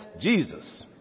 Jesus